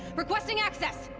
requesting access!